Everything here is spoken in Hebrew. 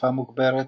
אכיפה מוגברת,